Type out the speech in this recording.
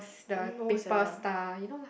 no sia